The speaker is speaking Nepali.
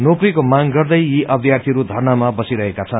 नोकरीको माग गर्दै यी अम्यार्थीहरू धरनामा बसिरहेका छन्